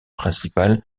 principale